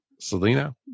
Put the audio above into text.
selena